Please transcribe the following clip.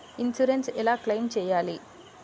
Insurance ఎలా claim చేయాలి?